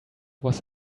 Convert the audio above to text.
was